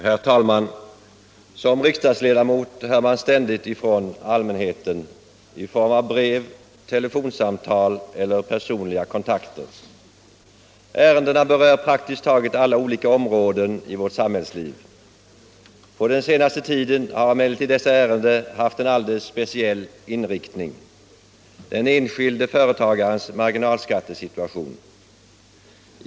Herr talman! Som riksdagsledamot hör man ständigt ifrån allmänheten i form av brev, telefonsamtal eller personliga kontakter. Ärendena berör praktiskt taget alla olika områden i vårt samhällsliv. På den senaste tiden har emellertid dessa ärenden haft en alldeles speciell inriktning, den enskilde företagarens marginalskattesituation.